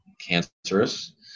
cancerous